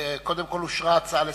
קודם כול, אושרה, כמובן, הצעה לסדר-היום.